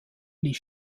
ließ